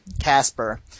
Casper